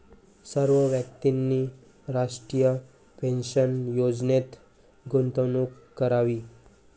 सर्व व्यक्तींनी राष्ट्रीय पेन्शन योजनेत गुंतवणूक करावी